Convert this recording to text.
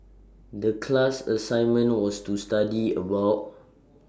The class assignment was to study about